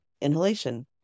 inhalation